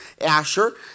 asher